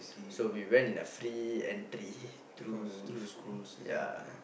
so we went in a free entry through school ya